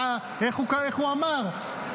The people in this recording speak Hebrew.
איך הוא אמר?